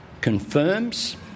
confirms